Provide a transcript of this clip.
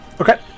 Okay